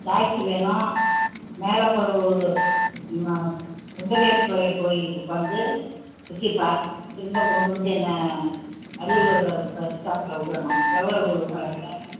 taxi வேணும் மேலப்பத்தூர் ம சுந்தரேஷ்வரர் கோயிலுக்கு வந்து சுற்றிப் பார்த்துட்டு திரும்ப கொண்டு வந்து என்ன அரியலூர் பஸ்ஸ்டாப்பில விடணும் எவ்வளோவு வருங்க